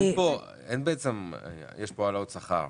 יש פה העלאות שכר.